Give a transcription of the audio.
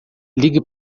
ligue